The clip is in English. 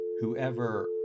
Whoever